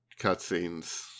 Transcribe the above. cutscenes